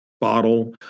bottle